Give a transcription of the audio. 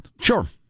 Sure